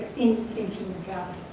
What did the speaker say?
in thinking